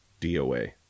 DOA